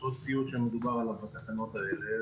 אותו ציוד שמדובר עליו בתקנות האלה,